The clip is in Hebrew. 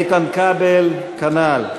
איתן כבל, כנ"ל.